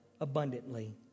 abundantly